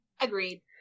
Agreed